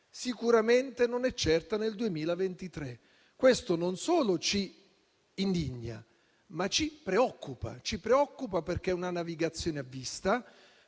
Sicuramente non è certa nel 2023. Questo non solo ci indigna, ma ci preoccupa, perché è una navigazione a vista